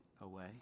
away